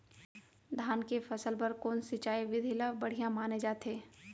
धान के फसल बर कोन सिंचाई विधि ला बढ़िया माने जाथे?